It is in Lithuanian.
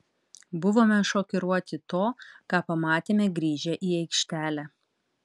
buvome šokiruoti to ką pamatėme grįžę į aikštelę